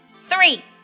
Three